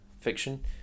fiction